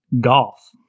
Golf